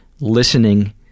listening